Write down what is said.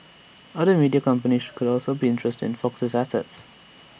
other media companies could also be interested in Fox's assets